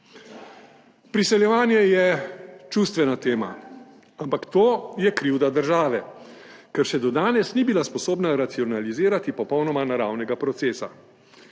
Priseljevanje je čustvena tema, ampak to je krivda države, ker še do danes ni bila sposobna racionalizirati popolnoma naravnega procesa,